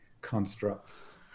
constructs